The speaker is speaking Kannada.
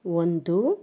ಒಂದು